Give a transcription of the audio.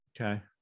okay